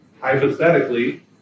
Hypothetically